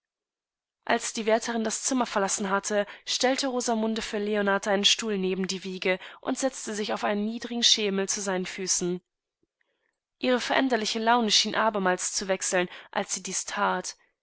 als die wärterin das zimmer verlassen hatte stellte rosamunde für leonard einen stuhlnebendiewiegeundsetztesichaufeinenniedrigenschemelzuseinenfüßen ihre veränderliche laune schien abermals zu wechseln als sie dies tat